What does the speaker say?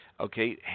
okay